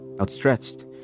outstretched